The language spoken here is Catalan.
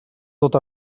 tot